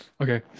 okay